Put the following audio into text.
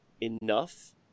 enough